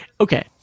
Okay